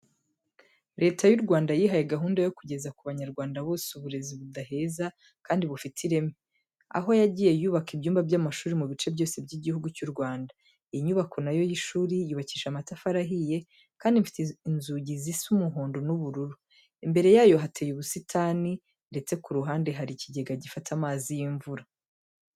Leta y'u Rwanda yihaye gahunda yo kugeza ku Banyarwanda bose uburezi budaheza kandi bufite ireme, aho yagiye yubaka ibyumba by'amashuri mu bice byose by'Igihugu cy'u Rwanda. Iyi nyubako na yo y'ishuri yubakishije amatafari ahiye kandi ifite inzugi zisa umuhondo n'ubururu. Imbere yayo hateye ubusitani ndetse ku ruhande hari ikigega gifata amazi y'imvura.